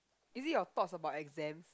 is it your thoughts about exams